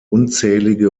unzählige